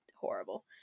horrible